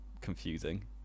confusing